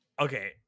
Okay